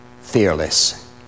fearless